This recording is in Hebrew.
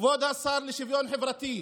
כבוד השר לשוויון חברתי,